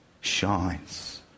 shines